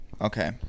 Okay